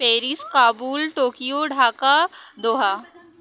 Paris Kabul Tokyo Dhaka Doha